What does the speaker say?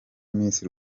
miss